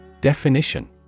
Definition